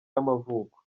y’amavuko